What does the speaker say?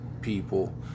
people